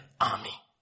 army